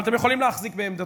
אבל אתם יכולים להחזיק בעמדתכם,